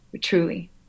truly